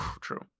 true